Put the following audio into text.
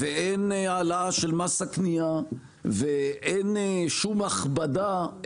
אין העלאה של מס הקניה ואין שום הכבדה,